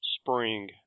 spring